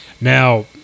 Now